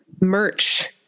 merch